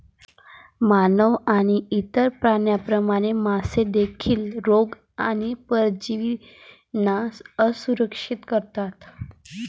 मानव आणि इतर प्राण्यांप्रमाणे, मासे देखील रोग आणि परजीवींना असुरक्षित असतात